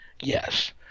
Yes